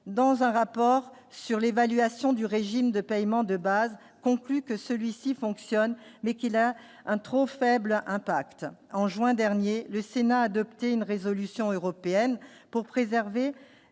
dans un rapport sur l'évaluation du régime de paiement de base conclut que celui-ci fonctionne mais qu'il a un trop faible impact en juin dernier, le Sénat adoptait une résolution européenne pour préserver